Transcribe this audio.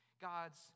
God's